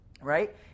right